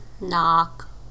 Knock